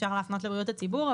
אפשר להפנות לבריאות הציבור.